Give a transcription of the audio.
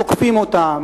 תוקפים אותה,